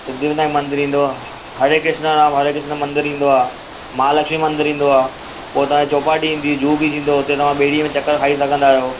सिद्धिविनायक मंदरु ईंदो आहे हरे कृष्ना राम हरे कृष्न मंदरु ईंदो आहे महालक्ष्मी मंदरु ईंदो आहे पोइ तव्हांजी चौपाटी ईंदी जूहु बीच ईंदो हुते तव्हां ॿेड़ी में चकर खाई सघंदा आहियो